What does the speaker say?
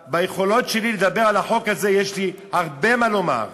ביכולות שלי לדבר על החוק הזה יש לי הרבה מה לומר.